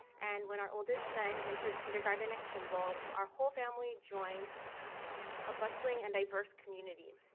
and when our oldest son entered kindergarten at kimball our whole family joined a bustling and diverse community.